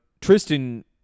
Tristan